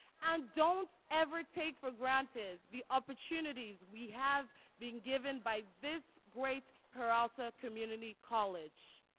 and don't ever take for granted the opportunities we have been given by this great peralta community college.